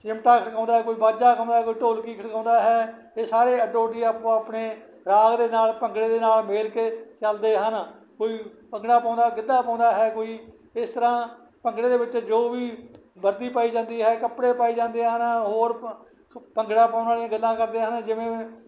ਚਿਮਟਾ ਖੜਕਾਉਂਦਾ ਕੋਈ ਵਾਜਾ ਖੜਕਾਉਂਦਾ ਕੋਈ ਢੋਲਕੀ ਖੜਕਾਉਂਦਾ ਹੈ ਇਹ ਸਾਰੇ ਅੱਡੋ ਅੱਡੀ ਆਪੋ ਆਪਣੇ ਰਾਗ ਦੇ ਨਾਲ ਭੰਗੜੇ ਦੇ ਨਾਲ ਮੇਲ ਕੇ ਚੱਲਦੇ ਹਨ ਕੋਈ ਭੰਗੜਾ ਪਾਉਂਦਾ ਗਿੱਧਾ ਪਾਉਂਦਾ ਹੈ ਕੋਈ ਇਸ ਤਰ੍ਹਾਂ ਭੰਗੜੇ ਦੇ ਵਿੱਚ ਜੋ ਵੀ ਵਰਦੀ ਪਾਈ ਜਾਂਦੀ ਹੈ ਕੱਪੜੇ ਪਾਈ ਜਾਂਦੇ ਹਨ ਹੋਰ ਭੰ ਭੰਗੜਾ ਪਾਉਣ ਵਾਲੀਆਂ ਗੱਲਾਂ ਕਰਦੇ ਹਨ ਜਿਵੇਂ